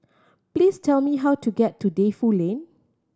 please tell me how to get to Defu Lane